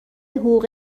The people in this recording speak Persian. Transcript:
حقوق